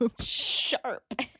sharp